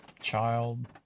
child